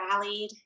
rallied